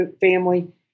family